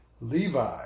Levi